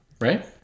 right